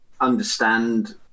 understand